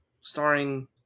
starring